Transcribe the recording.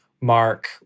mark